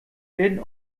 hin